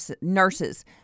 nurses